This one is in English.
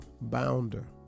bounder